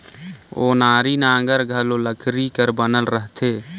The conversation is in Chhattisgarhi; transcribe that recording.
ओनारी नांगर घलो लकरी कर बनल रहथे